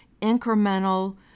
incremental